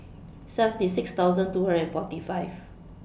seventy six thousand two hundred and forty five